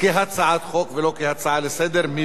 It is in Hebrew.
כהצעת חוק ולא כהצעה לסדר-היום.